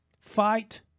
fight